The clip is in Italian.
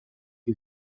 che